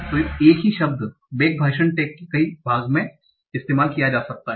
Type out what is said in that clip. तो एक ही शब्द बेक भाषण टैग के कई भाग में इस्तेमाल किया जा सकता है